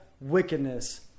wickedness